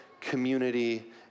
community